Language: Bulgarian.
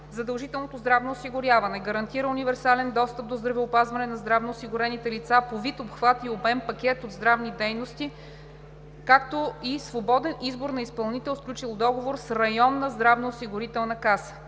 Задължителното здравно осигуряване гарантира универсален достъп до здравеопазване на здравноосигурените лица по вид, обхват и обем пакет от здравни дейности, както и свободен избор на изпълнител, сключил договор с районна здравноосигурителна каса.